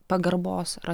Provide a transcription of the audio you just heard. pagarbos ar